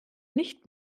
nicht